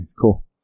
cool